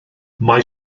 mae